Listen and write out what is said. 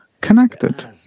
connected